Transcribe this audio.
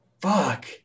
fuck